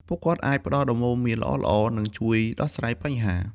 ពួកគាត់អាចផ្ដល់ដំបូន្មានល្អៗ និងជួយដោះស្រាយបញ្ហា។